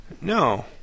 No